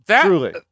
Truly